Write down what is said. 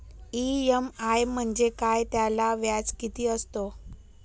EMI म्हणजे काय? त्याला व्याज किती असतो?